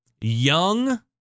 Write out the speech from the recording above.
young